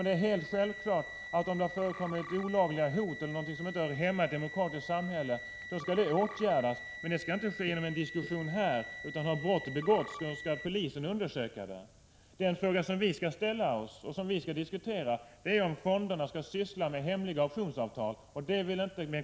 Det är helt självklart att om det har förekommit olagliga hot eller någonting annat som inte hör hemma i ett demokratiskt samhälle så skall detta åtgärdas. Men det skall inte ske genom en diskussion här, utan har ett brott begåtts skall polisen undersöka det. Den fråga som vi skall diskutera här är om fonderna skall syssla med hemliga optionsavtal. Men det vill Bengt K.